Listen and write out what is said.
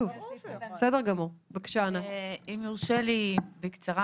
אם יורשה לי בקצרה.